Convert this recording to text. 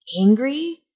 angry